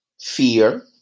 fear